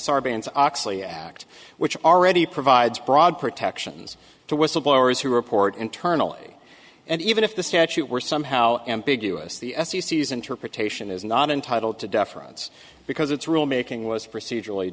sarbanes oxley act which already provides broad protections to whistleblowers who report internally and even if the statute were somehow ambiguous the f c c as interpretation is not entitled to deference because its rule making was procedur